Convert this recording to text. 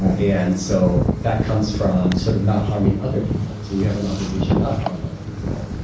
ah and so that comes from sort of not harming other people, so we have an obligation not to harm other people.